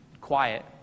quiet